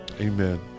amen